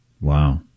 Wow